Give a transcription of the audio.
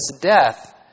death